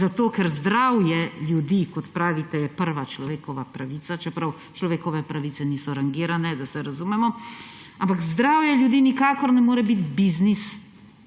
zato ker zdravje ljudi, kot pravite, je prva človekova pravica, čeprav človekove pravice niso rangirane, da se razumemo. Ampak zdravje ljudi nikakor ne more biti biznis,